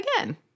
Again